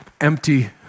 empty